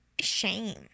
shame